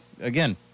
again